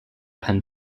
penn